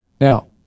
Now